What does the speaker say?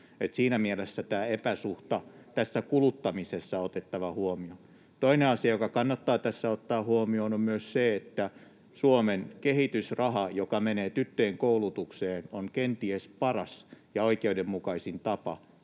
Siinä mielessä tämä epäsuhta tässä kuluttamisessa on otettava huomioon. Toinen asia, joka kannattaa tässä ottaa huomioon, on se, että Suomen kehitysraha, joka menee tyttöjen koulutukseen, on kenties paras ja oikeudenmukaisin tapa